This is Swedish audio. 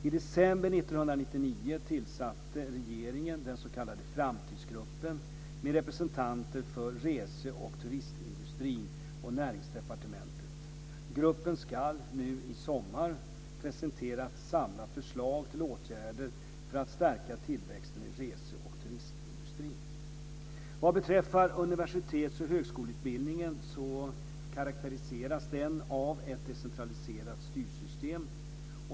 I december 1999 tillsatte regeringen den s.k. Framtidsgruppen med representanter för rese och turistindustrin och Näringsdepartementet. Gruppen ska, nu i sommar, presentera ett samlat förslag till åtgärder för att stärka tillväxten i rese och turistindustrin. Vad beträffar universitets och högskoleutbildningen så karakteriseras den av ett decentraliserat styrsystem.